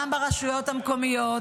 גם ברשויות המקומיות,